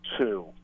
two